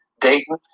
Dayton